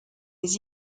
his